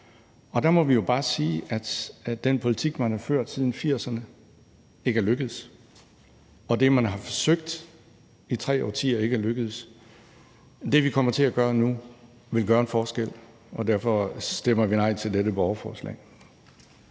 Og der må man jo bare sige, at den politik, man har ført siden 1980'erne, ikke er lykkedes, og at det, man har forsøgt i tre årtier, ikke er lykkedes. Det, vi kommer til at gøre nu, vil gøre en forskel, og derfor stemmer vi nej til dette borgerforslag.